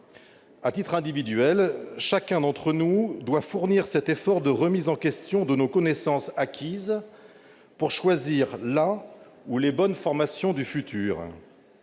À titre individuel, chacun d'entre nous doit fournir cet effort de remise en question des connaissances acquises, pour choisir la ou les bonnes formations du futur.